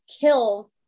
kill